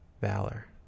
Valor